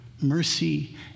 Mercy